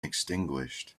extinguished